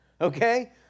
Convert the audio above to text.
okay